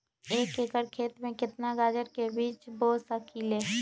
एक एकर खेत में केतना गाजर के बीज बो सकीं ले?